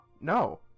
No